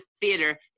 theater